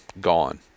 gone